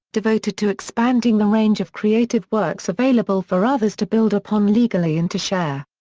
devoted to expanding the range of creative works available for others to build upon legally and to share.